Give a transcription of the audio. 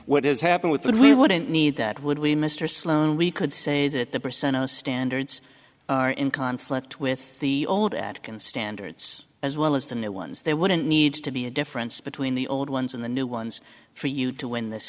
what has happened with that we wouldn't need that would we mr sloan we could say that the percentage standards are in conflict with the old at and standards as well as the new ones they wouldn't need to be a difference between the old ones and the new ones for you to win this